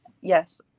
yes